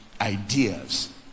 ideas